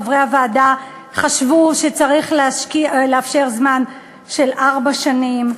חברי הוועדה חשבו שצריך לאפשר ארבע שנים.